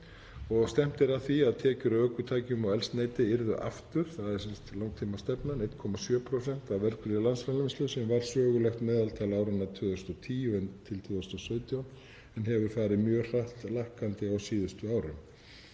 og stefnt er að því að tekjur af ökutækjum og eldsneyti verði aftur, það er sem sagt langtímastefnan, 1,7% af vergri landsframleiðslu, sem var sögulegt meðaltal áranna 2010–2017 en hefur farið mjög hratt lækkandi á síðustu árum.